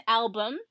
album